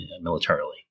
militarily